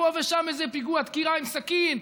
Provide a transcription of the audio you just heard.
פה ושם איזה פיגוע דקירה עם סכין,